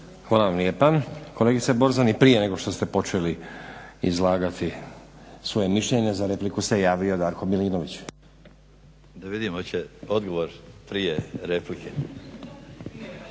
Hvala vam lijepa. Kolegice Borzan i prije nego što ste počeli izlagati svoje mišljenje za repliku se javio Darko Milinović. **Milinović, Darko